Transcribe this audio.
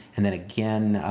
and then again